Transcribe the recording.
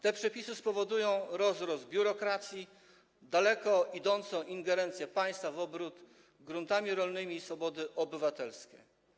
Te przepisy spowodują rozrost biurokracji oraz daleko idącą ingerencję państwa w obrót gruntami rolnymi i w swobody obywatelskie.